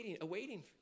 awaiting